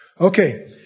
okay